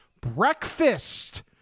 breakfast